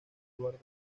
eduardo